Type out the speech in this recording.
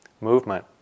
movement